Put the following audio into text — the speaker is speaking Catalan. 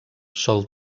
sol